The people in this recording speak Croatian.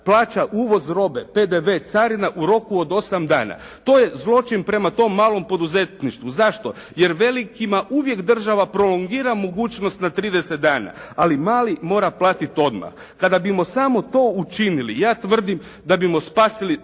plaća uvoz robe, PDV carina u roku od 8 dana. To je zločin prema tom malom poduzetništvu. Zašto? Jer velikima uvijek država prolongira mogućnost na 30 dana, ali mali mora platiti odmah. Kada bi mu samo to učinili, ja tvrdim da bi mu spasili